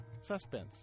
suspense